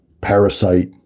parasite